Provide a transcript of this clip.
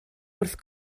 wrth